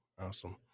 awesome